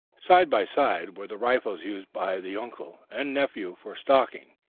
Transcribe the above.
side by side were the rifles used by the uncle and nephew for stalking,